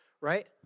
right